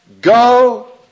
Go